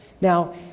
Now